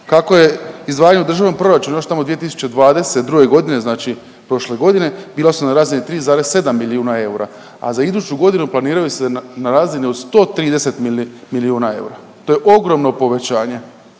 Kako je u izdvajanju Državnog proračuna još tamo 2022. godine, znači prošle godine bila su na razini 3,7 milijuna eura, a za iduću godinu planiraju se na razini od 130 milijuna eura. To je ogromno povećanje.